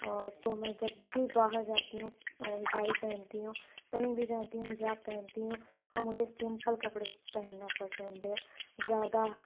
اور تو میں جب بھی باہر جاتی ہوں تو حجاب ہی پہنتی ہوں کہیں بھی جاتی ہوں حجاب پہنتی ہوں اور مجھے سیمپل کپڑے پہننا پسند ہے زیادہ